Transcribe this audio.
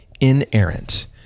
inerrant